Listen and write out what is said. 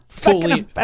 Fully